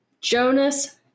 Jonas